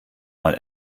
mal